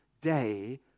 day